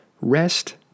rest